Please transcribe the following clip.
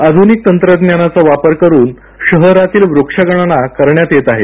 आधुनिक तंत्रज्ञानाचा वापर करून शहरातील वृक्षगणना करण्यात येत आहे